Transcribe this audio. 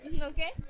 okay